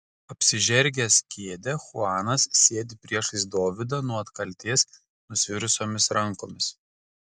apsižergęs kėdę chuanas sėdi priešais dovydą nuo atkaltės nusvirusiomis rankomis